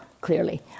clearly